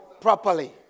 properly